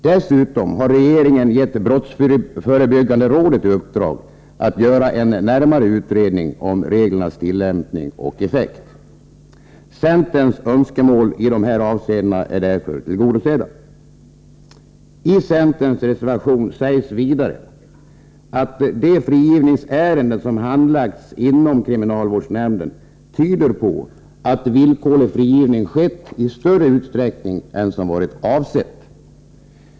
Dessutom har regeringen gett brottsförebyggande rådet i uppdrag att göra en närmare utredning om reglernas tillämpning och effekt. Centerns önskemål i dessa avseenden är därför tillgodosedda. I centerns reservation sägs vidare att de frigivningsärenden som handlagts inom kriminalvårdsnämnden tyder på att villkorlig frigivning skett i större utsträckning än som varit avsett.